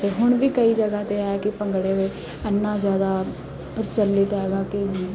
ਅਤੇ ਹੁਣ ਵੀ ਕਈ ਜਗ੍ਹਾ 'ਤੇ ਹੈ ਕਿ ਭੰਗੜੇ ਲਈ ਇੰਨਾਂ ਜ਼ਿਆਦਾ ਪ੍ਰਚਲਿਤ ਹੈਗਾ ਕਿ